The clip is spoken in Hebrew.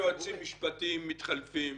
שלושה יועצים משפטיים מתחלפים.